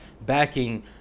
backing